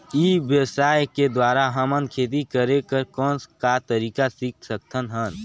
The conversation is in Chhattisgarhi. ई व्यवसाय के द्वारा हमन खेती करे कर कौन का तरीका सीख सकत हन?